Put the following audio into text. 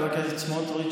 חבר הכנסת סמוטריץ',